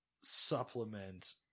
supplement